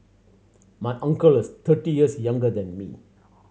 my uncle is thirty years younger than me